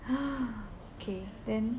okay then